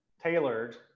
tailored